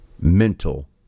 mental